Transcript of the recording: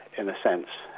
in a sense,